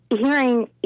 hearing